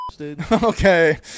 okay